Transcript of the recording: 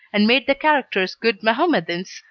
and made the characters good mahommedans,